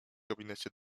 gabinecie